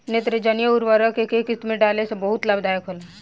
नेत्रजनीय उर्वरक के केय किस्त में डाले से बहुत लाभदायक होला?